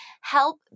help